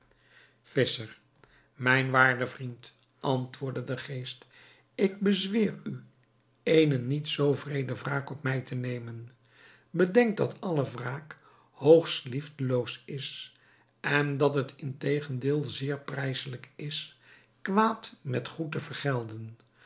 visscher mijn waarde vriend antwoordde de geest ik bezweer u eene niet zoo wreede wraak op mij te nemen bedenk dat alle wraak hoogst liefdeloos is en dat het integendeel zeer prijsselijk is kwaad met goed te vergelden